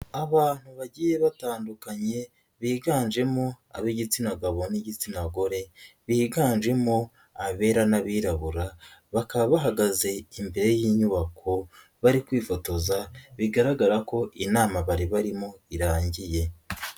Abantu bagiye batandukanye biganjemo ab'igitsina gabo n'igitsina gor, biganjemo abera n'abira n'abirabura bakaba bahagaze imbere y'inyubako bari kwifotoza bigaragara ko inama bari barimo irangiye.